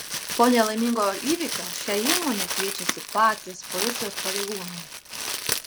po nelaimingo įvykio šią įmonę kviečiasi patys policijos pareigūnai